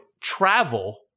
travel